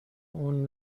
اون